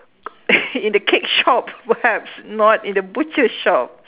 in the cake shop perhaps not in the butcher shop